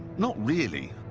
not really.